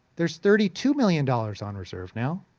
there's thirty two million dollars on reserve now.